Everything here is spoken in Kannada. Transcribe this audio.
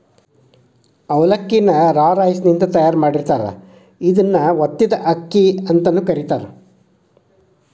ಅವಲಕ್ಕಿ ನ ರಾ ರೈಸಿನಿಂದ ತಯಾರ್ ಮಾಡಿರ್ತಾರ, ಇದನ್ನ ಒತ್ತಿದ ಅಕ್ಕಿ ಅಂತಾನೂ ಕರೇತಾರ